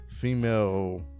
female